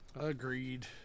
Agreed